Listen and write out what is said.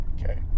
Okay